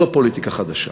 זו פוליטיקה חדשה,